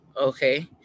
Okay